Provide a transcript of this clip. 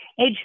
age